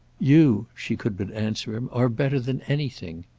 you she could but answer him are better than anything.